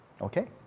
Okay